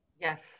Yes